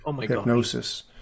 hypnosis